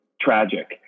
tragic